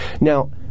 now